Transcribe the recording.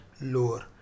lower